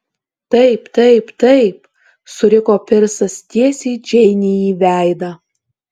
taip taip taip suriko pirsas tiesiai džeinei į veidą